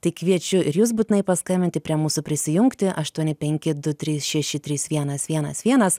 tai kviečiu ir jus būtinai paskambinti prie mūsų prisijungti aštuoni penki du trys šeši trys vienas vienas vienas